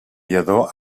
lladó